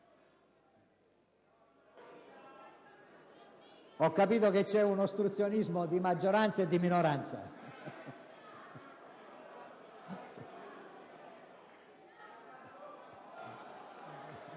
Ho capito che c'è un ostruzionismo di maggioranza e di minoranza.